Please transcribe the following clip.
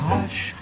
Hush